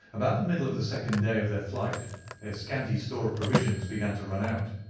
about the middle of the second day of their flight their scanty store of provisions began to run out.